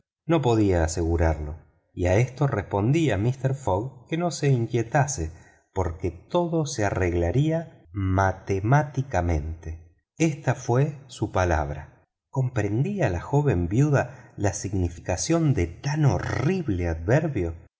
no podría asegurarlo y a eso respondía mister fogg que no se inquietara porque todo se arreglaría matemáticamente estas fueron sus palabras comprendía la joven viuda la significación de tan horrible adverbio